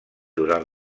durant